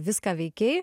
viską veikei